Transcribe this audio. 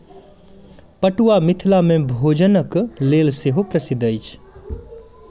पटुआ मिथिला मे भोजनक लेल सेहो प्रसिद्ध अछि